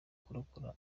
kurokora